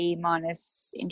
minus